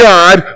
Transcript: God